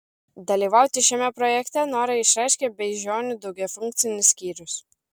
dalyvauti šiame projekte norą išreiškė beižionių daugiafunkcis skyrius